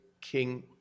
King